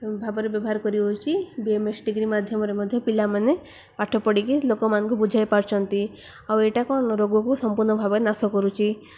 ଭାବରେ ବ୍ୟବହାର କରି ହେଉଛି ବି ଏମ ଏସ୍ ଡିଗ୍ରୀ ମାଧ୍ୟମରେ ମଧ୍ୟ ପିଲାମାନେ ପାଠ ପଢ଼ିକି ଲୋକମାନଙ୍କୁ ବୁଝାଇ ପାରୁଛନ୍ତି ଆଉ ଏଇଟା କ'ଣ ରୋଗକୁ ସମ୍ପୂର୍ଣ୍ଣ ଭାବରେ ନାଶ କରୁଛି